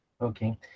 Okay